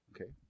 Okay